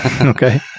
okay